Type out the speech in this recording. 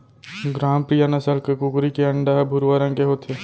ग्रामप्रिया नसल के कुकरी के अंडा ह भुरवा रंग के होथे